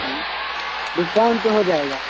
ہوں ڈسکاؤنٹ تو ہو جائے گا